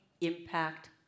impact